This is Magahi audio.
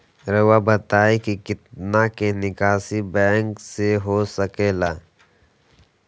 रहुआ बताइं कि कितना के निकासी बैंक से हो सके ला?